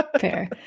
Fair